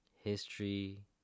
History